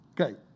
Okay